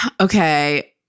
Okay